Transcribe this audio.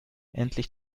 endlich